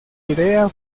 idea